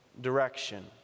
direction